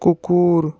কুকুৰ